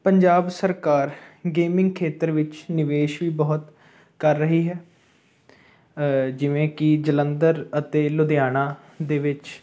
ਪੰਜਾਬ ਸਰਕਾਰ ਗੇਮਿੰਗ ਖੇਤਰ ਵਿੱਚ ਨਿਵੇਸ਼ ਵੀ ਬਹੁਤ ਕਰ ਰਹੀ ਹੈ ਜਿਵੇਂ ਕਿ ਜਲੰਧਰ ਅਤੇ ਲੁਧਿਆਣਾ ਦੇ ਵਿੱਚ